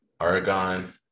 Aragon